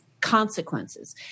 consequences